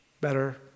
better